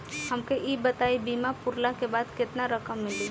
हमके ई बताईं बीमा पुरला के बाद केतना रकम मिली?